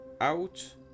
out